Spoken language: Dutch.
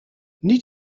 niet